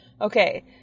Okay